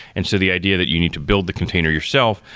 and so the idea that you need to build the container yourself,